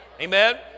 Amen